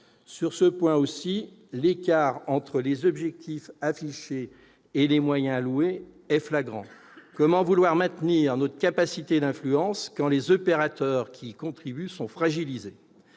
Sur ce point aussi, l'écart entre les objectifs affichés et les moyens alloués est flagrant. Comment maintenir notre capacité d'influence quand les opérateurs qui y concourent sont fragilisés ?